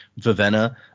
Vivenna